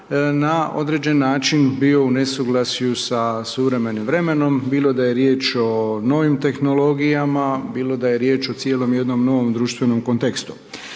na određen način bio u nesuglasju sa suvremenim vremenom, bilo da je riječ o novim tehnologijama, bilo da je riječ o cijelom jednom novom društvenom kontekstu.